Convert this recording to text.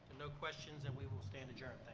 no questions, and we will stand adjourned,